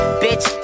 bitch